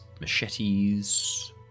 machetes